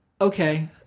Okay